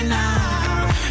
now